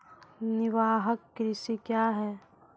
निवाहक कृषि क्या हैं?